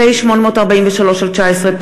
פ/843/19,